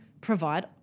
provide